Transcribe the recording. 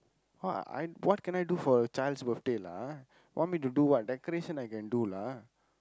what are I'm what can I do for a child's birthday lah want me to do what decoration I can do lah